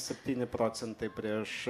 septyni procentai prieš